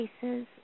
cases